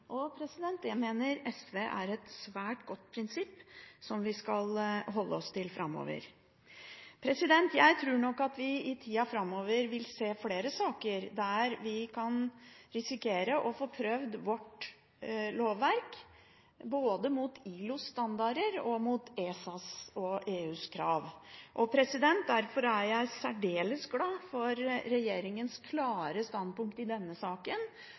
og de etatene som følger loven. Det mener SV er et svært godt prinsipp som vi skal holde oss til framover. Jeg tror nok at vi i tida framover vil se flere saker der vi kan risikere å få prøvd vårt lovverk både mot ILOs standarder og mot ESAs og EUs krav. Derfor er jeg særdeles glad for regjeringens klare standpunkt i denne saken